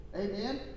Amen